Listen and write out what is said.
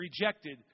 rejected